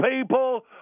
people